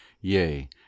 yea